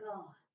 God